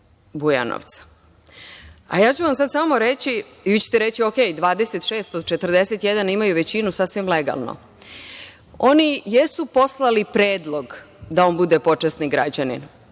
Ja ću vam sada samo reći i vi ćete reći u redu, 26 od 41, imaju većinu sasvim legalno. Oni jesu poslali predlog da on bude počasni građanin